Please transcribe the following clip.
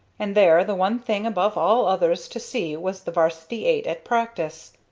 and there the one thing above all others to see was the varsity eight at practice.